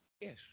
Yes